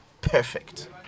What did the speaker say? perfect